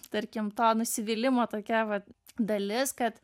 tarkim to nusivylimo tokia vat dalis kad